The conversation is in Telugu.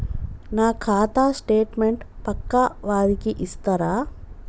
నా ఖాతా స్టేట్మెంట్ పక్కా వారికి ఇస్తరా?